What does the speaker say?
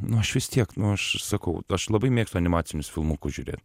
nu aš vis tiek nu aš sakau aš labai mėgstu animacinius filmukus žiūrėt